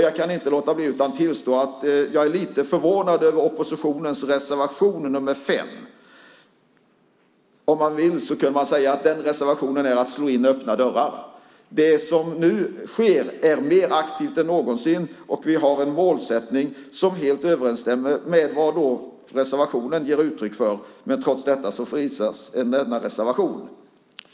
Jag kan inte låta bli att säga att jag är lite förvånad över oppositionens reservation nr 5. Om man vill kan man säga att den reservationen är som att slå in öppna dörrar. Det är mer aktivt än någonsin. Och vi har en målsättning som helt överensstämmer med vad reservationen ger uttryck för. Trots detta finns denna reservation.